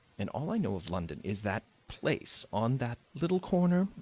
and all i know of london is that place on that little corner,